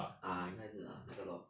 uh 应该是 uh 那个 lor